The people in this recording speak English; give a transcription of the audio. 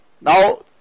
Now